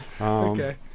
Okay